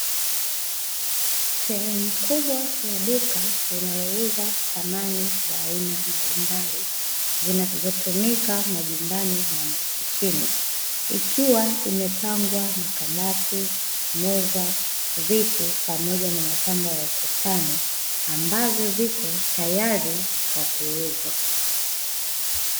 Sehemu kubwa ya duka linalouza samani za aina mbalimbali, zinazotumika majumbani na maofisini, ikiwa imepangwa makabati, meza, viti pamoja na mapambo ya ukutani ambavyo viko tayari kwa kuuzwa.